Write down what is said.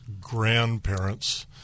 grandparents